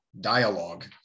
dialogue